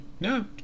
No